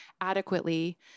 adequately